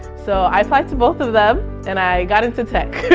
so i applied to both of them and i got into tech,